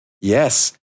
Yes